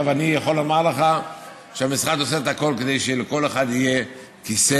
אני יכול לומר לך שהמשרד עושה הכול כדי שלכל אחד יהיה כיסא,